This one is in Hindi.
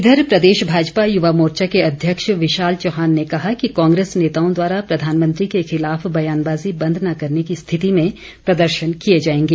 इधर प्रदेश भाजपा युवा मोर्चा के अध्यक्ष विशाल चौहान ने कहा कि कांग्रेस नेताओं द्वारा प्रधानमंत्री के खिलाफ बयानबाज़ी बंद न करने की स्थिति में प्रदर्शन किए जाएंगे